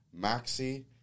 Maxi